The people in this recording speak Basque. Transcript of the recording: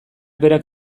berak